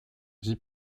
dits